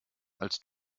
als